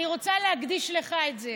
אני רוצה להקדיש לך את זה,